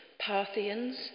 Parthians